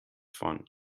fun